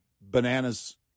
bananas